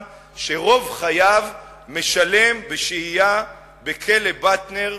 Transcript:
שרוב חייו משלם בשהייה בכלא "באטנר",